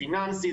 פיננסי,